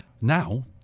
Now